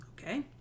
Okay